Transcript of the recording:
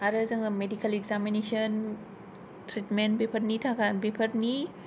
आरो जोङो medical examination treatment बिफोरनि थाखा बिफोरनि